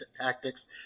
tactics